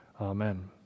Amen